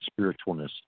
spiritualness